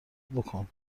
بکن